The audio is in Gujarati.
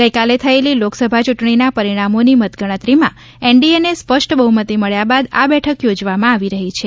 ગઇકાલ થયેલી લોકસભા ચૂંટણીના પરિણામોની મતગણતરીમાં એનડીએને સ્પષ્ટ બહુમતી મળ્યા બાદ આ બેઠક યોજવામાં આવી રહી છે